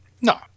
no